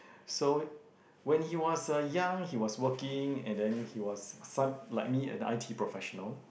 so when he was a young he was working and then he was sun like me in the I_T professional